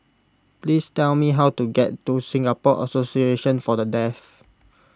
please tell me how to get to Singapore Association for the Deaf